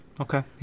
Okay